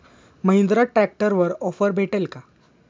महिंद्रा ट्रॅक्टरवर ऑफर भेटेल का?